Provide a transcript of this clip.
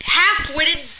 half-witted